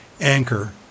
anchor